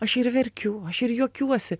aš ir verkiu aš ir juokiuosi